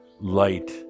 light